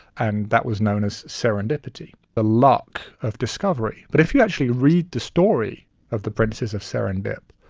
and that was known as serendipity, the luck of discovery. but if you actually read the story of the princes of serendip,